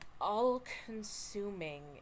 all-consuming